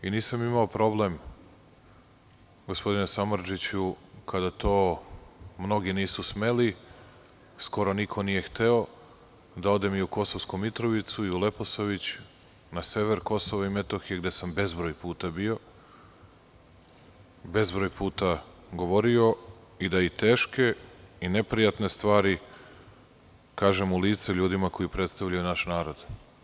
Nisam imao problem gospodine Samardžiću, kada to mnogi nisu smeli, skoro niko nije hteo, da odem i u Kosovsku Mitrovicu i u Leposavić, na sever KiM gde sam bezbroj puta bio, bezbroj puta govorio, da kažem i teške i neprijatne stvari u lice ljudima koji predstavljaju naš narod.